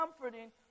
comforting